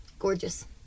Gorgeous